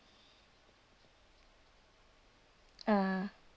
ah